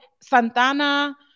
Santana